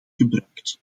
gebruikt